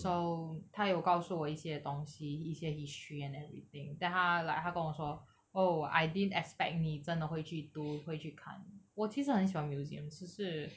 so 他有告诉我一些东西一些 history and everything then 他 like 他跟我说 oh I didn't expect 你真的会去读会去看我其实很喜欢 museum 只是